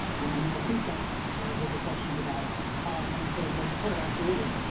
um i think that's what the questions about and so do i support it? absolutely.